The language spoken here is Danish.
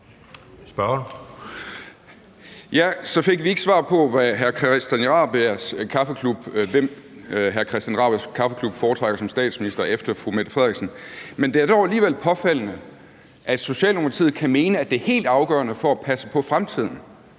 fik vi ikke svar på, hvem hr. Christian Rabjerg Madsens kaffeklub foretrækker som statsminister efter fru Mette Frederiksen. Men det er dog alligevel påfaldende, at Socialdemokratiet for 7 måneder siden kunne mene, at det er helt afgørende for at passe på fremtiden,